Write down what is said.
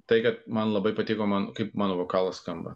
tai kad man labai patiko man kaip mano vokalas skamba